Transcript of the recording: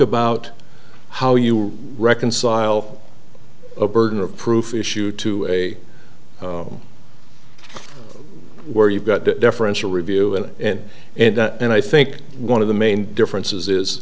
about how you reconcile a burden of proof issue to say where you've got the differential review and and and and i think one of the main differences is